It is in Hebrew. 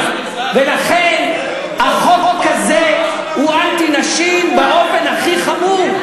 לכן, החוק הזה הוא אנטי-נשי באופן הכי חמור.